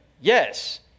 Yes